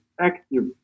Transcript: active